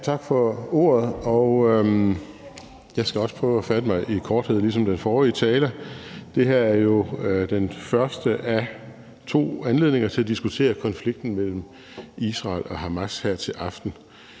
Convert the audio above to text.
Tak for ordet. Jeg skal også prøve at fatte mig i korthed ligesom den forrige taler. Det her er jo den første af to anledninger her i aften til at diskutere konflikten mellem Israel og Hamas. Vi er